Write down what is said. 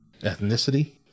ethnicity